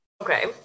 Okay